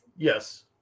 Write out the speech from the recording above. Yes